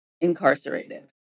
incarcerated